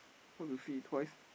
how to see it twice